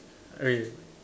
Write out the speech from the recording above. okay